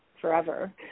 forever